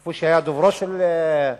כמו שהיה דוברו של שרון.